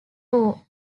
war